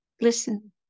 listen